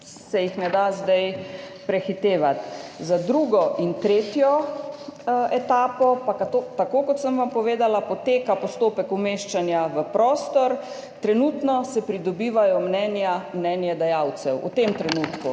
se pač ne da zdaj prehitevati. Za drugo in tretjo etapo pa tako kot sem vam povedala, poteka postopek umeščanja v prostor. Trenutno se pridobivajo mnenja mnenjedajalcev, v tem trenutku.